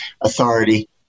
authority